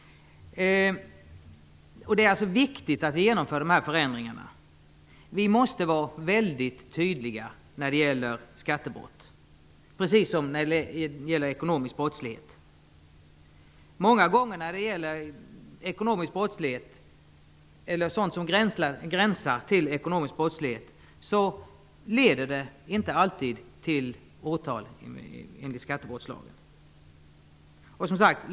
Det är alltså viktigt att vi genomför de här förändringarna. Vi måste vara väldigt tydliga när det gäller skattebrott, precis som när det gäller ekonomisk brottslighet. Ekonomisk brottslighet eller sådant som gränsar till ekonomisk brottslighet leder inte alltid till åtal enligt skattebrottslagen.